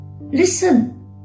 listen